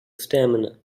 stamina